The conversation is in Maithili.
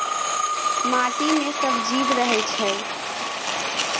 माटि मे सब जीब रहय छै